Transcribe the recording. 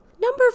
Number